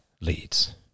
leads